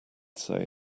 say